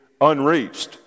unreached